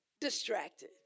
distracted